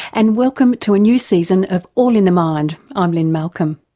and welcome to a new season of all in the mind. i'm lynne malcolm.